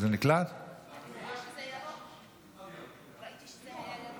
אני הצבעתי בדקה התשעים.